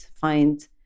find